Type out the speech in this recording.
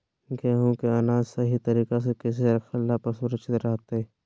गेहूं के अनाज सही तरीका से कैसे रखला पर सुरक्षित रहतय?